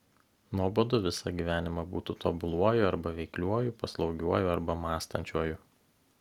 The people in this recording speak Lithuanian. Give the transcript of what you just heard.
nuobodu visą gyvenimą būti tobuluoju arba veikliuoju paslaugiuoju arba mąstančiuoju